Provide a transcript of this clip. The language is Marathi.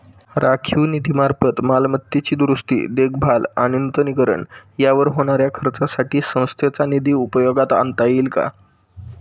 राखीव निधीमार्फत मालमत्तेची दुरुस्ती, देखभाल आणि नूतनीकरण यावर होणाऱ्या खर्चासाठी संस्थेचा निधी उपयोगात आणता येईल का?